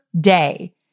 day